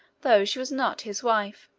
though she was not his wife.